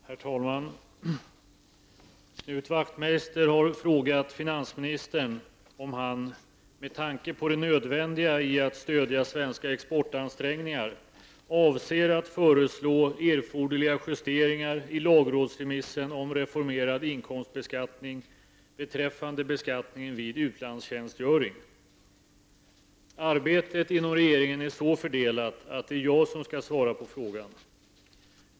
Herr talman! Knut Wachtmeister har frågat finansministern om han, med tanke på det nödvändiga i att stödja svenska exportansträngningar, avser att föreslå erforderliga justeringar i lagrådsremissen om reformerad inkomstbeskattning beträffande beskattningen vid utlandstjänstgöring. Arbetet inom regeringen är så fördelat att det är jag som skall svara på frågan.